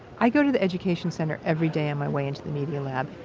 i go to the education center every day on my way into the media lab.